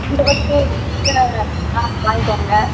நீங்கள் ஃபஸ்ட்டு வீட்டில் வேணால் வந்து வாங்கிக்கோங்க